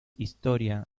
historia